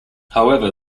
however